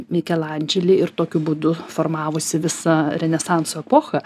mikelandželi ir tokiu būdu formavosi visa renesanso epocha